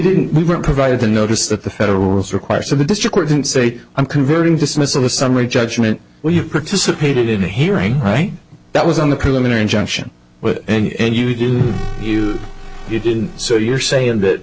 didn't we weren't provided the notice that the federal rules require so the district wouldn't say i'm converting dismissal a summary judgment well you participated in a hearing right that was on the preliminary injunction and you didn't you you didn't so you're saying that